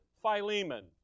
Philemon